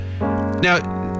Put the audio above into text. Now